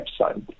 website